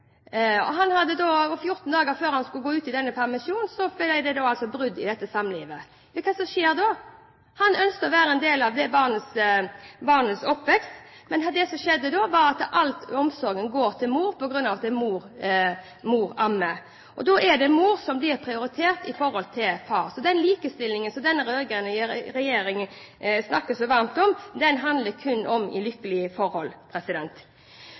at han skulle ta ut fedrekvoten, sine uker. Fjorten dager før han skulle gå ut i permisjon, ble det brudd i samlivet. Hva skjer da? Han ønsker å være en del av det barnets oppvekst, men det som da skjer, er at all omsorgen går til mor fordi mor ammer. Da er det mor som blir prioritert i forhold til far. Så den likestillingen som denne rød-grønne regjeringen snakker så varmt om, handler kun om lykkelige forhold.